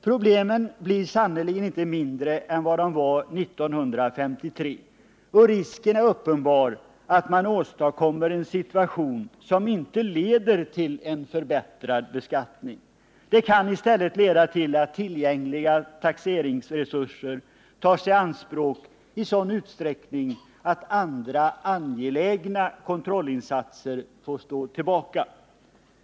Problemen blir sannerligen inte mindre än de var 1953, och risken är uppenbar aft man åstadkommer en situation som inte leder till en förbättrad beskattning. Det kan i stället leda till att tillgängliga taxeringsresurser tas i anspråk i sådan utsträckning att andra angelägna kontrollinsatser får stå tillbaka.